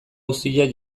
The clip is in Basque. auziak